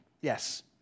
yes